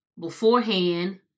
beforehand